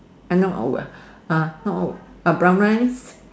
uh oh uh brown rice